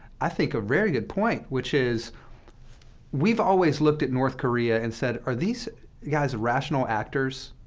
i think a very good point, which is we've always looked at north korea and said are these guys rational actors?